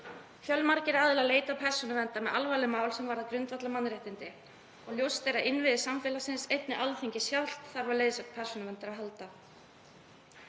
Fjölmargir aðilar leita til Persónuverndar með alvarleg mál sem varða grundvallarmannréttindi og ljóst er að stofnanir samfélagsins, einnig Alþingi sjálft, þurfa á leiðsögn Persónuverndar að halda.